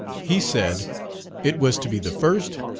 he said it was to be the first,